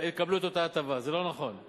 אתה איש כל כך חכם,